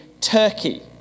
Turkey